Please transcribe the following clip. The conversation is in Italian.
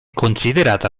considerata